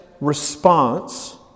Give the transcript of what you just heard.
response